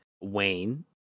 Wayne